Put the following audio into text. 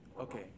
Okay